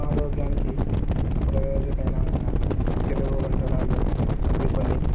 ఆరోగ్యానికి ప్రయోజనకరమైన తెలుగు వంటలల్లో ఇవి కొన్ని